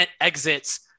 exits